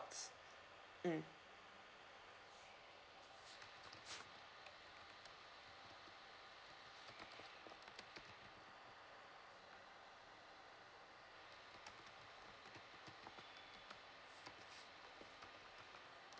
mm